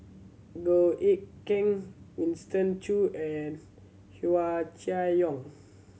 Goh Eck Kheng Winston Choo and Hua Chai Yong